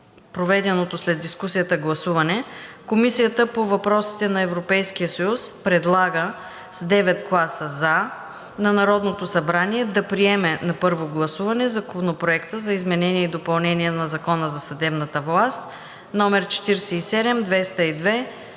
проведеното след дискусията гласуване Комисията по въпросите на Европейския съюз предлага с 9 гласа „за“ на Народното събрание да приеме на първо гласуване Законопроект за изменение и допълнение на Закона за съдебната власт, №